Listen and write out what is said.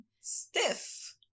Stiff